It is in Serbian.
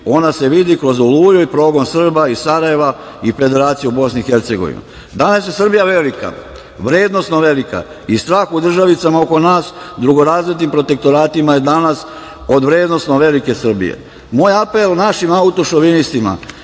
ona se vidi kroz „Oluju“ i progon Srba iz Sarajeva i Federacije Bosne i Hercegovine. Danas je Srbija velika, vrednosno velika, i strah je u državicama oko nas, drugorazrednim protektoratima, danas od vrednosno velike Srbije. Moj apel našim autošovinistima,